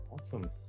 Awesome